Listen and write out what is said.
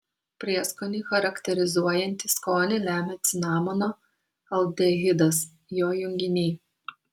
prieskonį charakterizuojantį skonį lemia cinamono aldehidas jo junginiai